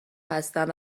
هستند